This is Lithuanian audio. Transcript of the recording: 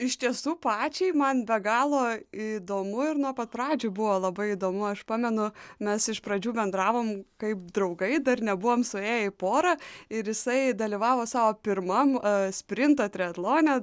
iš tiesų pačiai man be galo įdomu ir nuo pat pradžių buvo labai įdomu aš pamenu mes iš pradžių bendravom kaip draugai dar nebuvom suėję į porą ir jisai dalyvavo savo pirmam sprinto triatlone